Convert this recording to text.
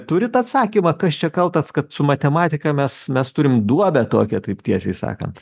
turit atsakymą kas čia kaltas kad su matematika mes mes turim duobę tokią taip tiesiai sakant